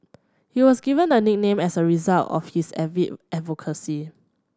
he was given the nickname as a result of his avid advocacy